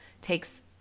takes